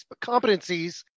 competencies